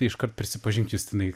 tai iškart prisipažink justinai